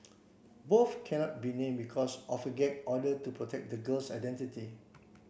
both cannot be named because of a gag order to protect the girl's identity